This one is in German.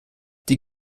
die